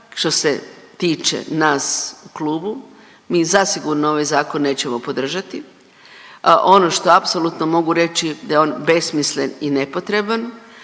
što se tiče nas u klubu mi zasigurno ovaj zakon nećemo podržati, a ono što apsolutno mogu reći da je on besmislen i nepotreban,